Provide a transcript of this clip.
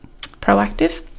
proactive